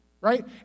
Right